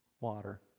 water